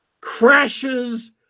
crashes